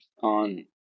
on